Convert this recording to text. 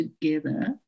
together